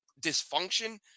dysfunction